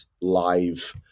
live